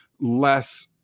less